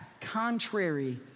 contrary